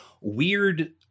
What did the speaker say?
weird